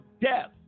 death